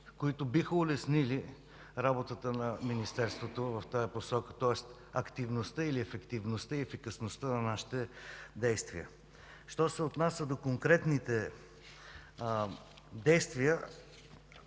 които биха улеснили работата на Министерството в тази посока, тоест активността, ефективността и ефикасността на нашите действия. Що се отнася до конкретните действия,